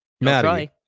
Maddie